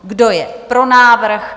Kdo je pro návrh?